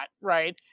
right